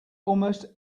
almost